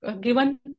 given